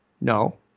No